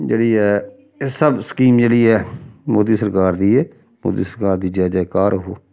जेह्ड़ी ऐ एह् सब स्कीम जेह्ड़ी ऐ मोदी सरकार दी ऐ मोदी सरकार दी जै जैकार हो